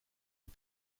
een